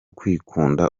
kwikunda